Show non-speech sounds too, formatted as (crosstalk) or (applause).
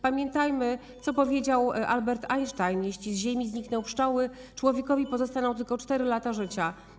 Pamiętajmy, co (noise) powiedział Albert Einstein: Jeśli z Ziemi znikną pszczoły, człowiekowi pozostaną tylko 4 lata życia.